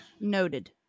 Noted